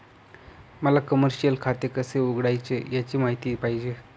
मला कमर्शिअल खाते कसे उघडायचे याची माहिती पाहिजे